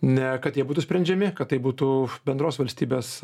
ne kad jie būtų sprendžiami kad tai būtų bendros valstybės